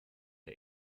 der